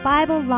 Bible